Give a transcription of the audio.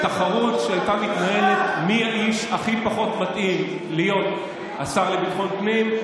בתחרות שהייתה מתנהלת מי האיש הכי פחות מתאים להיות השר לביטחון הפנים,